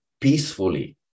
peacefully